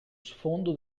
sfondo